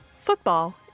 football